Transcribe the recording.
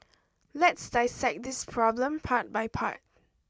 let's dissect this problem part by part